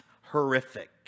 horrific